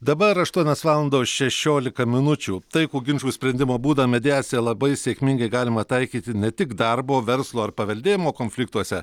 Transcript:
dabar aštuonios valandos šešiolika minučių taikų ginčų sprendimo būdą mediaciją labai sėkmingai galima taikyti ne tik darbo verslo ar paveldėjimo konfliktuose